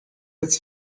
its